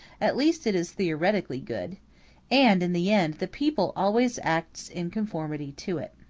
at least it is theoretically good and, in the end, the people always acts in conformity to it.